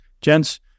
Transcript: Gents